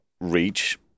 reach